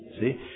see